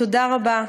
תודה רבה.